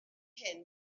hyn